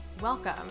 Welcome